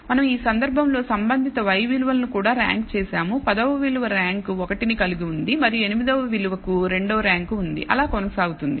మనం ఈ సందర్భంలో సంబంధిత y విలువలను కూడా ర్యాంక్ చేసాము పదవ విలువ ర్యాంక్ 1 ను కలిగి ఉంది మరియు ఎనిమిదవ విలువకు 2 ర్యాంక్ ఉంది అలా కొనసాగుతుంది